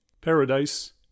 paradise